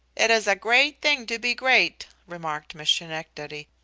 it is a great thing to be great, remarked miss schenectady.